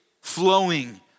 flowing